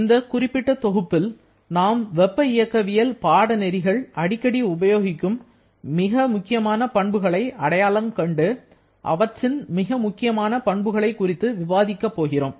இந்த குறிப்பிட்ட தொகுப்பில் நாம் வெப்ப இயக்கவியல் பாடநெறிகள் அடிக்கடி உபயோகிக்கும் மிக முக்கியமான பண்புகளை அடையாளம் கண்டு அவற்றின் மிக முக்கியமான பண்புகளை குறித்து விவாதிக்கப் போகிறோம்